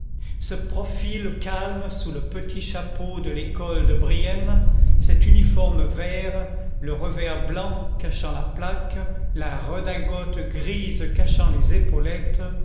ce profil calme sous le petit chapeau de l'école de brienne cet uniforme vert le revers blanc cachant la plaque la redingote grise cachant les épaulettes